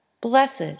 Blessed